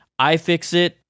iFixit